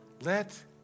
Let